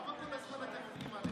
למה כל הזמן אתם עובדים עלינו?